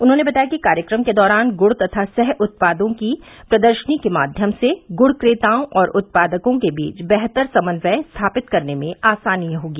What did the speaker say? उन्होंने बताया कि कार्यक्रम के दौरान गुड़ तथा सह उत्पादों की प्रदर्शनी के माध्यम से गुड़ क्रेताओं और उत्पादकों के बीच बेहतर समन्वय स्थापित करने में आसानी होगी